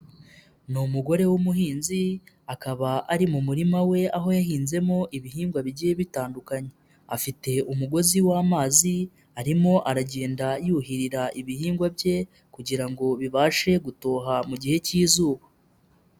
Ni umugore w'umuhinzi, akaba ari mu murima we aho yahinzemo ibihingwa bigiye bitandukanye, afite umugozi w'amazi, arimo aragenda yuhirira ibihingwa bye kugira ngo bibashe gutoha mu gihe cy'izuba.